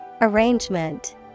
Arrangement